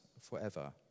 forever